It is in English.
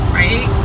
right